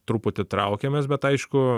truputį traukiamės bet aišku